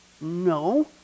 no